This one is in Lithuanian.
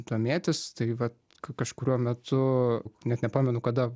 domėtis tai vat kažkuriuo metu net nepamenu kada